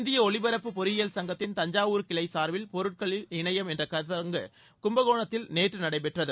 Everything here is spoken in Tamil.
இந்திய ஒலிபரப்பு பொறியியல் சங்கத்தின் தஞ்சாவூர் கிளை சார்பில் பொருட்களில் இணையம் என்ற கருத்தரங்கு கும்பகோணத்தில் நேற்று நடைபெற்றது